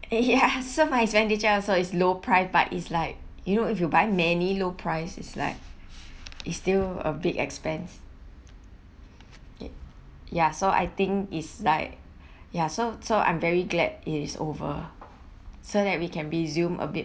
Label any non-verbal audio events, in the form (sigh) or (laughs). (laughs) ya so my expenditure also is low price but is like you know if you buy many low price is like is still a big expense ya so I think is like ya so so I'm very glad it's over so that we can resume a bit